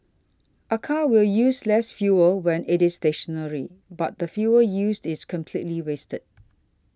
a car will use less fuel when it is stationary but the fuel used is completely wasted